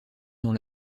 dans